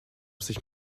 sich